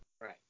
Right